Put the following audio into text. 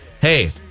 Hey